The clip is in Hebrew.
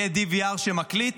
יהיה DVR שמקליט.